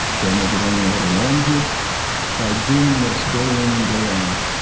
they're maybe learning a little language by doing this day in and day out.